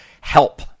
help